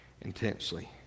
intensely